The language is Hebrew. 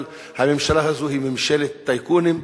אבל הממשלה הזו היא ממשלת טייקונים,